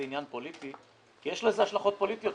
זה עניין פוליטי כי יש לזה השלכות פוליטיות.